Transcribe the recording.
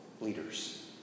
leaders